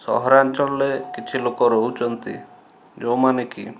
ସହରାଞ୍ଚଳରେ କିଛି ଲୋକ ରହୁଛନ୍ତି ଯେଉଁମାନେ କି